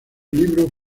libro